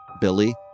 Billy